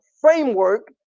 framework